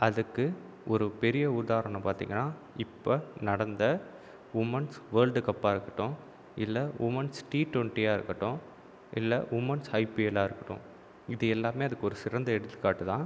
அதுக்கு ஒரு பெரிய உதாரணம் பார்த்திங்கன்னா இப்போ நடந்த உமன்ஸ் வேல்டு கப்பாக இருக்கட்டும் இல்லை உமன்ஸ் டி டுவன்ட்டியாக இருக்கட்டும் இல்லை உமன்ஸ் ஐபிஎல்லாக இருக்கட்டும் இது எல்லாமே அதுக்கு ஒரு சிறந்த எடுத்துக்காட்டுதான்